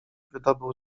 wydobył